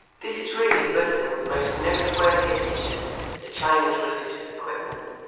this is really buddhism's most noteworthy addition to china's religious equipment